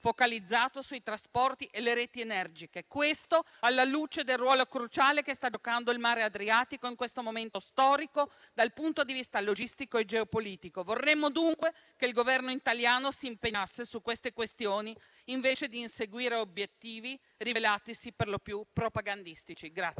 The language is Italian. focalizzato sui trasporti e le reti energetiche. Questo alla luce del ruolo cruciale che sta giocando il Mar Adriatico in questo momento storico dal punto di vista logistico e geopolitico. Vorremmo, dunque, che il Governo italiano si impegnasse su queste questioni invece di inseguire obiettivi rivelatisi per lo più propagandistici.